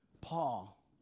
Paul